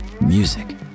Music